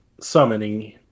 summoning